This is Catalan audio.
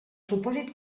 supòsit